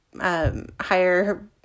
higher